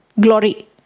glory